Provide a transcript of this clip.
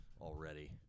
already